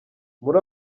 muri